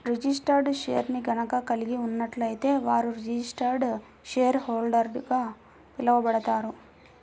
registered షేర్ని గనక కలిగి ఉన్నట్లయితే వారు రిజిస్టర్డ్ షేర్హోల్డర్గా పిలవబడతారు